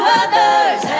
others